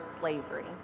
slavery